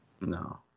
No